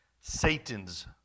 Satan's